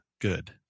good